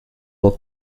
were